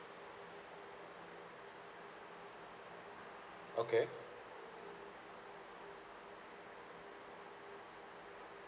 okay